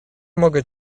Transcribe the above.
mogę